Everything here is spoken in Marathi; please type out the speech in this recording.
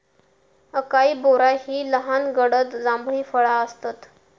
अकाई बोरा ही लहान गडद जांभळी फळा आसतत